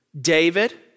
David